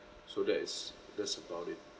so that is that's about it